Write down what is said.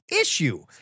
issue